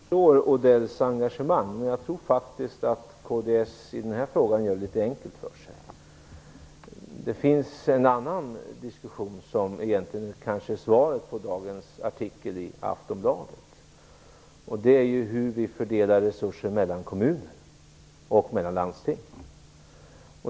Fru talman! Jag förstår Mats Odells engagemang, men jag tror faktiskt att kds gör det litet enkelt för sig i den här frågan. Det förs en annan diskussion, som kanske är svaret på dagens artikel i Aftonbladet, och den gäller hur vi fördelar resurser mellan kommuner och mellan landsting.